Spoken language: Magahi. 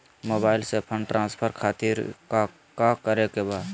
मोबाइल से फंड ट्रांसफर खातिर काका करे के बा?